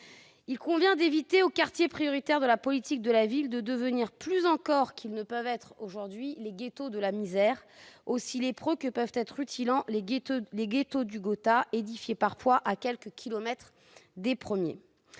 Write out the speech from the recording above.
il convient d'éviter aux quartiers prioritaires de la politique de la ville de devenir, plus encore qu'ils ne peuvent l'être aujourd'hui, des « ghettos de la misère », aussi lépreux que peuvent être rutilants les « ghettos du gotha », édifiés parfois à quelques kilomètres des premiers.